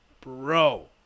Bro